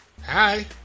Hi